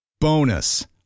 Bonus